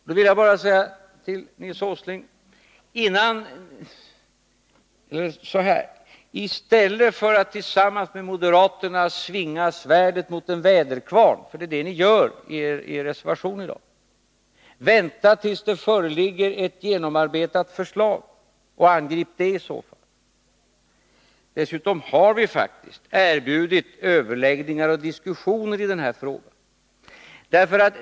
Jag vill bara säga så här till Nils Åsling: I stället för att tillsammans med moderaterna svinga svärdet mot en väderkvarn, för det är det ni gör i er reservation i dag, bör ni vänta tills det föreligger ett genomarbetat förslag och i så fall angripa det. Dessutom har vi faktiskt erbjudit överläggningar och diskussioner i den här frågan.